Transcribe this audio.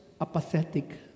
apathetic